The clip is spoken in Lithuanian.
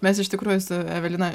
mes iš tikrųjų su evelina